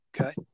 Okay